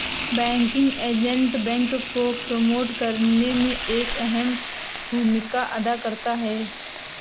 banking agent bank को promote करने में एक अहम भूमिका अदा करता है